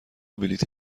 بلیط